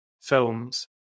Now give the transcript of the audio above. films